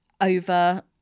over